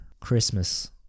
Christmas